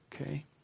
Okay